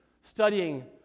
studying